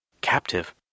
Captive